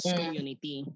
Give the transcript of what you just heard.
community